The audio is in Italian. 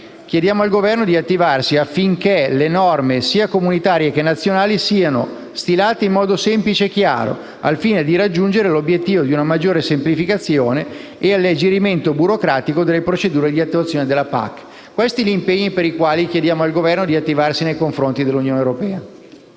chiediamo al Governo di attivarsi, affinché le norme, sia comunitarie che nazionali, siano stilate in modo semplice e chiaro, al fine di raggiungere l'obiettivo di una maggiore semplificazione e alleggerimento burocratico delle procedure di attuazione della PAC. Questi sono gli impegni per i quali chiediamo al Governo di attivarsi nei confronti dell'Unione europea.